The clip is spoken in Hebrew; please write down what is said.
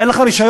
אין לך רישיון?